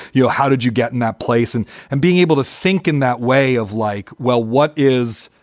you know, how did you get in that place and and being able to think in that way of like, well, what is,